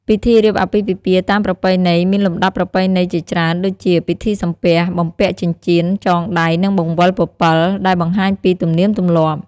ពិធីរៀបអាពាហ៍ពិពាហ៍តាមប្រពៃណីមានលំដាប់ប្រពៃណីជាច្រើន ដូចជា ពិធីសំពះ បំពាក់ចិញ្ចៀន ចងដៃ និងបង្វិលពពិល ដែលបង្ហាញពី ទំនៀមទម្លាប់។